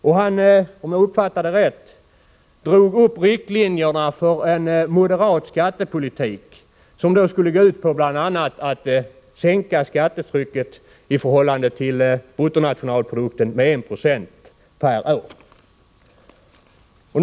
Om jag uppfattade honom rätt, drog han upp riktlinjerna för en moderat skattepolitik som skulle gå ut på bl.a. att sänka skattetrycket i förhållande till bruttonationalprodukten med 1 96 per år.